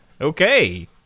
Okay